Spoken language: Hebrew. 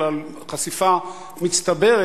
אלא על חשיפה מצטברת,